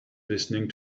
listening